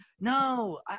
no